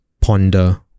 ponder